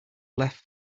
left